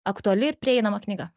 aktuali prieinama knyga